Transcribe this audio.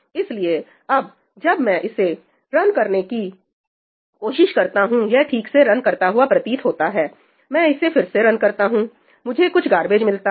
इसलिए अब जब मैं इसे रन करने की कोशिश करता हूं यह ठीक से रन करता हुआ प्रतीत होता है मैं इसे फिर से रन करता हूं मुझे कुछ गारबेज मिलता है